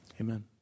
Amen